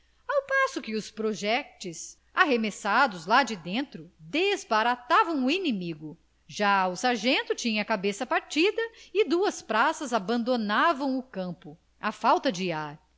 ao passo que os projetis arremessados lá de dentro desbaratavam o inimigo já o sargento tinha a cabeça partida e duas praças abandonavam o campo à falta de ar